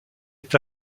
est